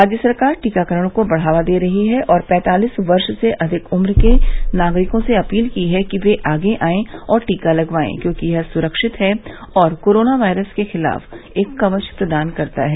राज्य सरकार टीकाकरण को बढ़ावा दे रही है और पैंतालीस वर्ष से अधिक उम्र के नागरिक से अपील की है कि वे आगे आएं और टीका लगवाएं क्योंकि यह स्रक्षित है और कोरोनावायरस के खिलाफ एक कवच प्रदान करता है